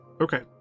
Okay